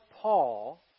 Paul